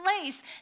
place